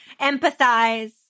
Empathize